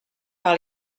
par